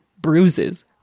bruises